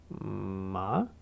ma